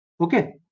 Okay